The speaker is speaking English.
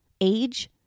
Age